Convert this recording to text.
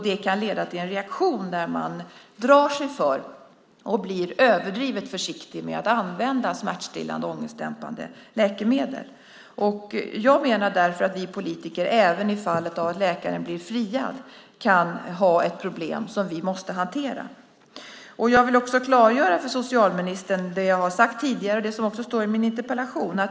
Det kan leda till en reaktion där man drar sig för och blir överdrivet försiktig med att använda smärtstillande och ångestdämpande läkemedel. Jag menar därför att vi politiker även i fallet då läkaren blir friad kan ha ett problem som vi måste hantera. Jag vill också klargöra för socialministern vad jag har sagt tidigare och det som också står i min interpellation.